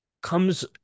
comes